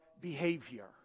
behavior